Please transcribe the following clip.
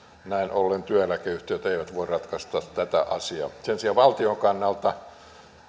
näin ollen työeläkeyhtiöt eivät voi ratkaista tätä asiaa sen sijaan valtion kannalta